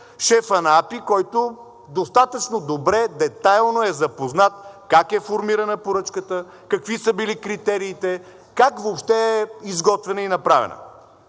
шефът на АПИ, който достатъчно добре, детайлно е запознат как е формирана поръчката, какви са били критериите, как въобще е изготвена и направена.